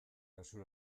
gezur